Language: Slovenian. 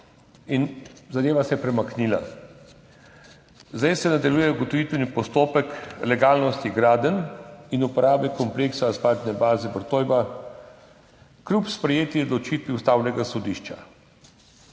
zadeva se je premaknila. Zdaj se nadaljuje ugotovitveni postopek legalnosti gradenj in uporabe kompleksa asfaltne baze Vrtojba, kljub sprejeti odločitvi Ustavnega sodišča.